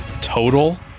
total